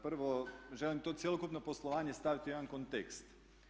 Prvo želim to cjelokupno poslovanje staviti u jedan kontekst.